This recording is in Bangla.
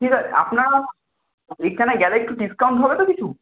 ঠিক আছে আপনার ওইখানে গেলে একটু ডিসকাউন্ট হবে তো কিছু